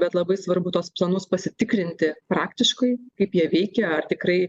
bet labai svarbu tuos planus pasitikrinti praktiškai kaip jie veikia ar tikrai